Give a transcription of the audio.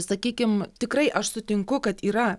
sakykim tikrai aš sutinku kad yra